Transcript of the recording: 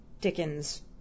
Dickens